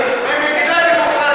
במדינה דמוקרטית אם הוא עבר על,